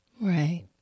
Right